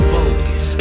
Focus